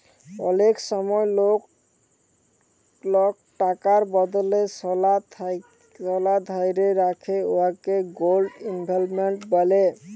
অলেক সময় লক টাকার বদলে সলা ধ্যইরে রাখে উয়াকে গোল্ড ইলভেস্টমেল্ট ব্যলে